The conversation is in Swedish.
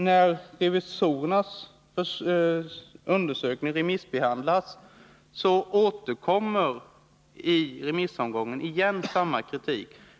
När nu revisorernas undersökning remissbehandlas återkommer samma kritik.